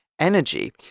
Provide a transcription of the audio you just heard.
energy